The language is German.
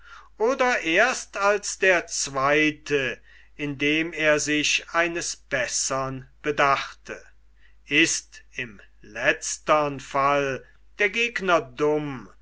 oder erst als der zweite indem er sich eines bessern bedachte ist im letztern fall der gegner dumm